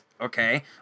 Okay